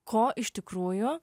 ko iš tikrųjų